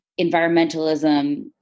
environmentalism